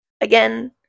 again